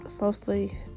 mostly